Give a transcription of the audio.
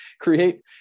Create